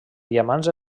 diamants